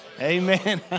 Amen